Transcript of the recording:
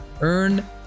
Earn